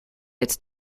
its